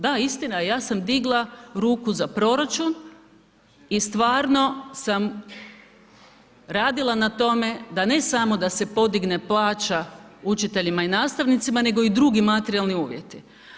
Da, istina je ja sam digla ruku za proračun i stvarno sam radila na tome da ne samo da se podigne plaća učiteljima i nastavnicima nego i drugi materijalni uvjeti.